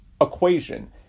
equation